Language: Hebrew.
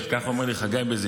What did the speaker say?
כך אומר לי חגי בזהירות,